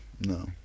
no